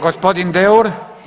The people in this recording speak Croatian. Gospodin Deur.